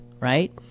right